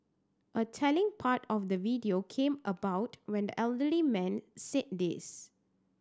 a telling part of the video came about when the elderly man said this